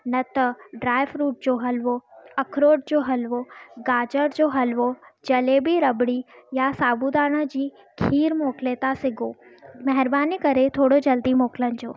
न त dry fruit जो हलवो अखरोट जो हलवो गाजर जो हलवो जलेबी रॿड़ी या साबुदाणा जी खीरु मोकिले था सघो महिरबानी करे थोरो जल्दी मोकिलिजो